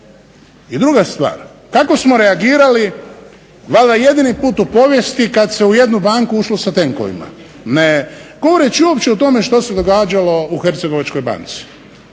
I druga stvar, kako smo reagirali valjda jedini put u povijesti kad se u jednu banku ušlo sa tenkova ne govoreći uopće u tome što se događalo u hercegovačkoj banci.